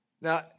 Now